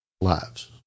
lives